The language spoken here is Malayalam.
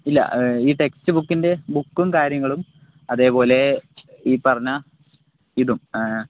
ഇല്ല ഈ ടെസ്റ്റിബുക്കിൻ്റെ ബുക്കും കാര്യങ്ങളും അതേപോലെ ഈ പറഞ്ഞ ഇതും ആ